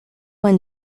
when